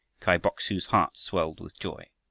kai bok-su's heart swelled with joy.